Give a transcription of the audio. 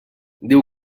diu